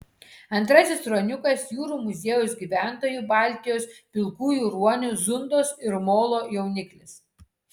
antrasis ruoniukas jūrų muziejaus gyventojų baltijos pilkųjų ruonių zundos ir molo jauniklis